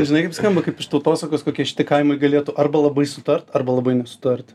žinai kaip skamba kaip iš tautosakos koki šiti kaimai galėtų arba labai sutart arba labai nesutart